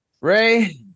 Ray